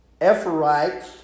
Ephorites